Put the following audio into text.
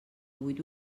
huit